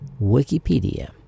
Wikipedia